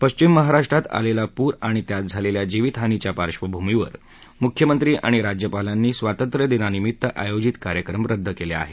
पश्विम महाराष्ट्रात आलेला पूर आणि त्यात झालेल्या जीवित हानीच्या पार्डभूमीवर मुख्यमंत्री आणि राज्यपालांनी स्वातंत्र्यदिनानिमित्त आयोजित कार्यक्रम रद्द केले आहेत